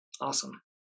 awesome